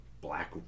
Black